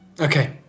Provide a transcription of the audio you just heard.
okay